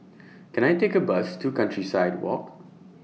Can I Take A Bus to Countryside Walk